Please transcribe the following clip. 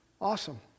awesome